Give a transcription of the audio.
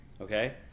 okay